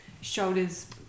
shoulders